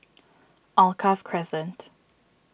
Alkaff Crescent